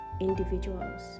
individuals